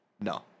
No